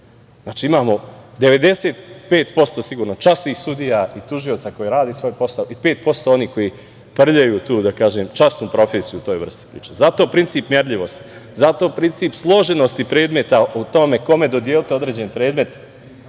Znači, imamo 95% sigurno časnih sudija i tužioca koji rade svoj posao i 5% onih koji prljaju tu, da kažem, časnu profesiju u toj vrsti priče. Zato princip merljivosti, zato princip složenosti predmet o tome kome dodeliti određeni predmet,